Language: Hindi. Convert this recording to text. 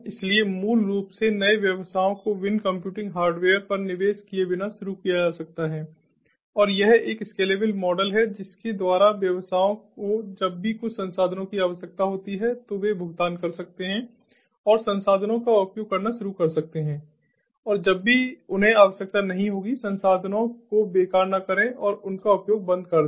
इसलिए मूल रूप से नए व्यवसायों को विन कंप्यूटिंग हार्डवेयर पर निवेश किए बिना शुरू किया जा सकता है और यह एक स्केलेबल मॉडलscalable model है जिसके द्वारा व्यवसायों को जब भी कुछ संसाधनों की आवश्यकता होती है तो वे भुगतान कर सकते हैं और संसाधनों का उपयोग करना शुरू कर सकते हैं और जब भी उन्हें आवश्यकता नहीं होगी संसाधनों को बेकार न करें और उनका उपयोग बंद कर दें